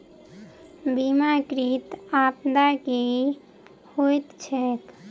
बीमाकृत आपदा की होइत छैक?